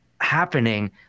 happening